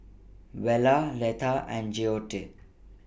Vella Letha and Joette